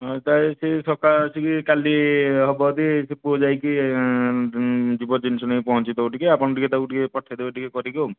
ହଉ ତାହେଲେ ଠିକ୍ ସକାଳେ ଆସିକି କାଲି ହେବ ଯଦି ଏ ପୁଅ ଯାଇକି ଯିବ ଜିନିଷ ନେଇ ପହଁଞ୍ଚେଇ ଦେବ ଟିକେ ଆପଣ ଟିକେ ତାକୁ ଟିକେ ପଠେଇଦେବେ ଟିକେ କରିକି ଆଉ